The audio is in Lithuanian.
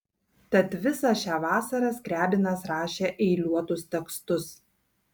tad visą šią vasarą skriabinas rašė eiliuotus tekstus